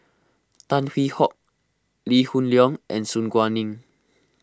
Tan Hwee Hock Lee Hoon Leong and Su Guaning